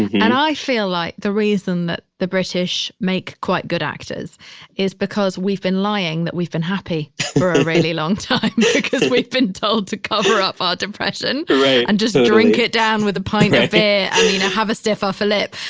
and i feel like the reason that the british make quite good actors is because we've been lying that we've been happy for a really long time because we've been told to cover up our depression right and just drink it down with kind of a have a stiff ah upper lip,